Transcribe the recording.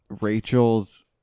Rachel's